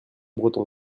breton